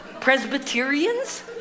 Presbyterians